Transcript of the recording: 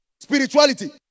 Spirituality